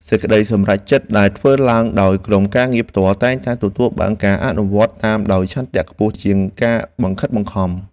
សេចក្តីសម្រេចចិត្តដែលធ្វើឡើងដោយក្រុមការងារផ្ទាល់តែងតែទទួលបានការអនុវត្តតាមដោយឆន្ទៈខ្ពស់ជាងការបង្ខិតបង្ខំ។